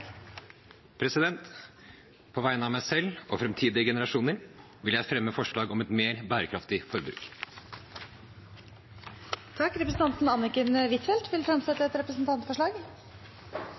På vegne av meg selv og framtidige generasjoner vil jeg fremme et forslag om et mer bærekraftig forbruk. Representanten Anniken Huitfeldt vil fremsette et representantforslag.